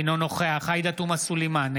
אינו נוכח עאידה תומא סלימאן,